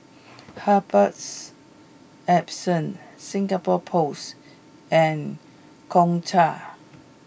Herbals Essences Singapore Post and Gongcha